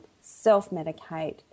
self-medicate